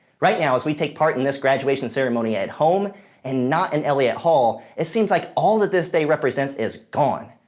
right now, as we take part in this graduation ceremony at home and not and elliott hall, it seems like all that this day represents is gone.